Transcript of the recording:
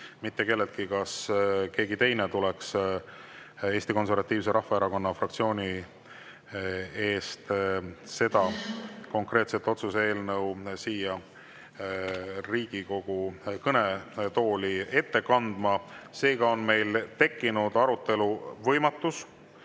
mitte kelleltki küsida, kas keegi teine tuleks Eesti Konservatiivse Rahvaerakonna fraktsiooni nimel seda otsuse eelnõu siia Riigikogu kõnetooli ette kandma. Seega on meil tekkinud arutelu võimatus